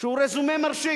שהוא רזומה מרשים.